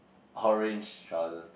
orange trousers